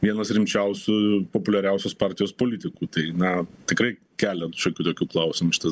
vienas rimčiausių populiariausios partijos politikų tai na tikrai kelia šiokių tokių klausimų šitas